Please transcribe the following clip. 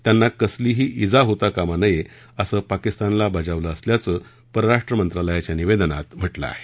त्यांना कसलीही ईजा होता कामा नये असं पाकिस्तानला बजावलं असल्याचं परराष्ट्र मंत्रालयाच्या निवेदनात म्हटलं आहे